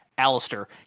Alistair